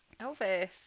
Elvis